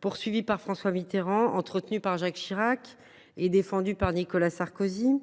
poursuivi par François Mitterrand, entretenu par Jacques Chirac et défendu par Nicolas Sarkozy,